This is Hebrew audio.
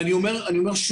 אני אומר שוב,